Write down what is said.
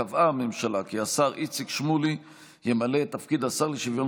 קבעה הממשלה כי השר איציק שמולי ימלא את תפקיד השר לשוויון